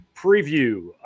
preview